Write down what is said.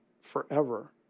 forever